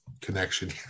connection